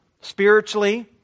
spiritually